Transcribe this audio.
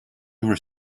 were